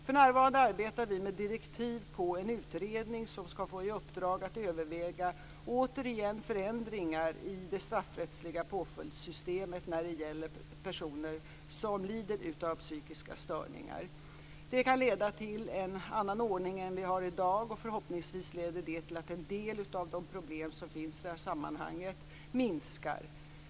För närvarande arbetar vi med direktiv till en utredning som skall få i uppdrag att återigen överväga förändringar i det straffrättsliga påföljdssystemet när det gäller personer som lider av psykiska störningar. Det kan leda till en annan ordning än vi har i dag, och förhoppningsvis leder det till att en del av de problem som finns i detta sammanhang minskar.